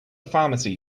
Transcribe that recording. pharmacy